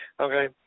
okay